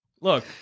Look